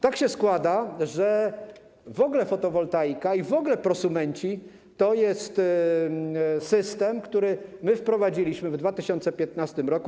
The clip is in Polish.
Tak się składa, że w ogóle fotowoltaika i w ogóle prosumenci to jest system, który wprowadziliśmy w 2015 r.